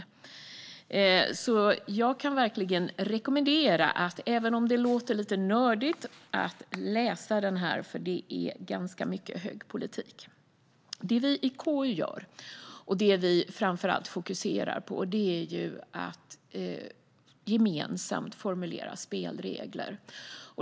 Även om det låter lite nördigt kan jag verkligen rekommendera att man läser den här skrivelsen, för det är ganska mycket hög politik. Det vi i KU gör och det vi framför allt fokuserar på är att gemensamt formulera spelregler.